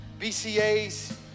bcas